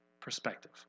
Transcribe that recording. perspective